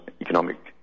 economic